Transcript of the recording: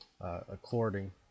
According